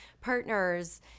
partners